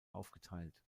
aufgeteilt